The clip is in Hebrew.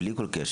בלי כל קשר.